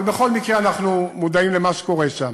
אבל בכל מקרה אנחנו מודעים למה שקורה שם.